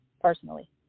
personally